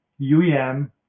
UEM